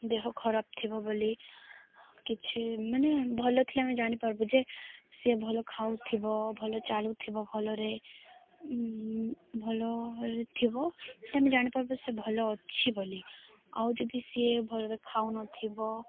ଦେହ ଖରାପ ଥିବ ବୋଲି କିଛି ମାନେ ଭଲ ଥିଲେ ଆମେ ଜାଣିପାରିବୁ ଯେ ସିଏ ଭଲ ଖାଉ ଥିବ ଭଲ ଚାଲୁଥିବ ଭଲରେ ଭଲରେ ଥିବ ହେଲେ ଆମେ ଜାଣିପାରିବୁ ସେ ଭଲ ଅଛି ବୋଲି ଆଉ ଯଦି ସିଏ ଭଲରେ ଖାଉ ନଥିବ